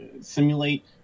simulate